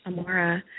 Amora